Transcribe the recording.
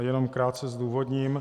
Jenom krátce zdůvodním.